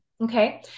Okay